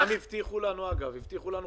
הבטיחו לנו חקיקה.